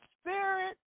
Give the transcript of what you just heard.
spirit